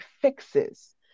fixes